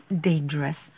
dangerous